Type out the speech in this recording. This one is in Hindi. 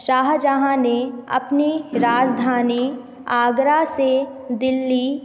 शाह जहाँ ने अपनी राजधानी आगरा से दिल्ली